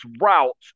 route